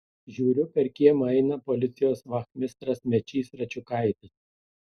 žiūriu per kiemą eina policijos vachmistras mečys račiukaitis